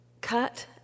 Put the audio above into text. cut